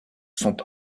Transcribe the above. sont